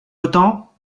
autant